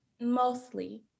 Mostly